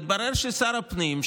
מתברר ששר הפנים,